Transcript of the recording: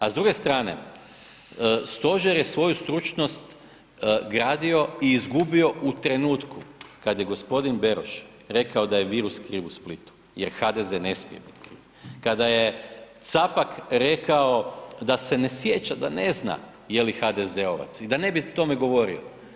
A s druge strane, stožer je svoju stručnost gradio i izgubio u trenutku kad je gospodin Beroš rekao da je virus kriv u Splitu jer HDZ ne smije biti kriv, kada je Capak rekao da se ne sjeća, da ne zna je li HDZ-ovac i da ne bi o tome govorio.